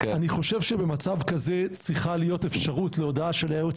אני חושב שבמצב כזה צריכה להיות אפשרות להודעה של היועץ